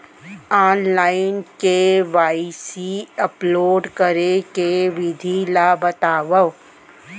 Online KYC upload करे के विधि ला बतावव?